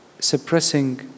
suppressing